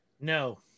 No